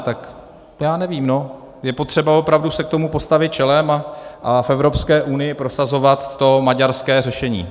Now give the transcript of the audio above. Tak já nevím no, je potřeba opravdu se k tomu postavit čelem a v Evropské unii prosazovat to maďarské řešení.